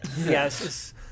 yes